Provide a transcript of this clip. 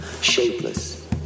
shapeless